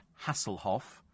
Hasselhoff